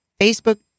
Facebook